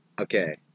Okay